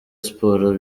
sports